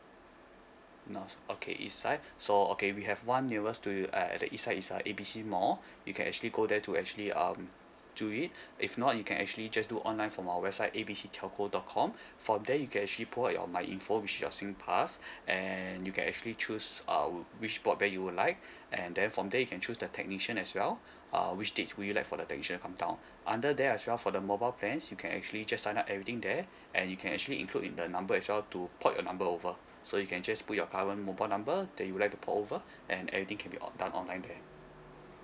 north okay east side so okay we have one nearest to you ah at the east side is uh A B C mall you can actually go there to actually um do it if not you can actually just do online from our website A B C telco dot com from there you can actually pull out your Myinfo which is your Singpass and you can actually choose um which broadband you would like and then from there you can choose the technician as well uh which date would you like for the technician to come down under there as well for the mobile plans you can actually just sign up everything there and you can actually include in the number as well to port your number over so you can just put your current mobile number that you would like to port over and everything can be on done online there